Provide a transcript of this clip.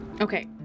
Okay